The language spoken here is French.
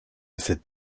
cette